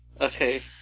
Okay